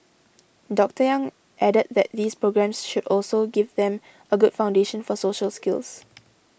Doctor Yang added that these programmes should also give them a good foundation for social skills